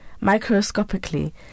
microscopically